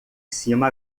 cima